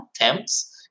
attempts